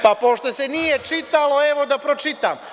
Pa, pošto se nije čitalo, evo da pročitam.